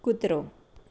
કૂતરો